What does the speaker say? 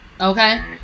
Okay